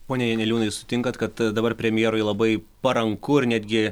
pone janeliūnai sutinkat kad dabar premjerui labai paranku ir netgi